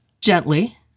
Gently